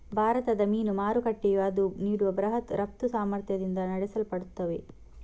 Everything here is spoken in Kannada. ಭಾರತದ ಮೀನು ಮಾರುಕಟ್ಟೆಯು ಅದು ನೀಡುವ ಬೃಹತ್ ರಫ್ತು ಸಾಮರ್ಥ್ಯದಿಂದ ನಡೆಸಲ್ಪಡುತ್ತದೆ